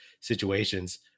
situations